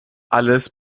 alles